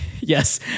Yes